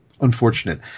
unfortunate